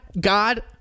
God